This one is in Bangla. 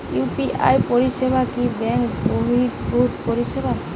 ইউ.পি.আই পরিসেবা কি ব্যাঙ্ক বর্হিভুত পরিসেবা?